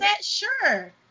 Sure